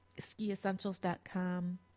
SkiEssentials.com